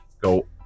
go